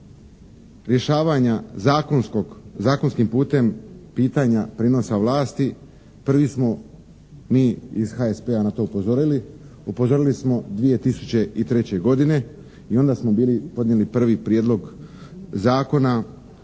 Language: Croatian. rješavanja zakonskim putem pitanja prijenosa vlasti prvi smo mi iz HSP-a na to upozorili. Upozorili smo 2003. godine i onda smo bili podnijeli prvi prijedlog zakona